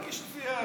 הגיש תביעה.